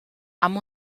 amb